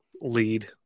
lead